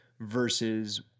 versus